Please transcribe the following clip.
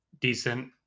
decent